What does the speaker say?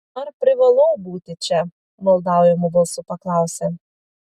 ar privalau būti čia maldaujamu balsu paklausė